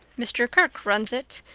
mr. kirke runs it,